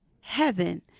Heaven